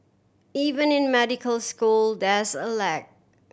even in medical school there's a lag